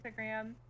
Instagram